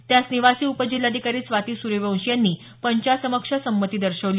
त्यास निवासी उपजिल्हाधिकारी स्वाती सूर्यवंशी यांनी पंचासमक्ष संमती दर्शवली